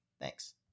Thanks